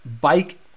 bike